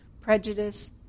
prejudice